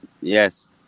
Yes